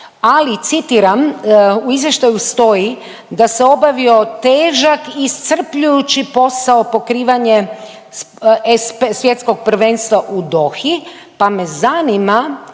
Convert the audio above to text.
ali citiram u izvještaju stoji da se „obavio težak iscrpljujući posao Svjetskog prvenstva u Dohi“, pa me zanima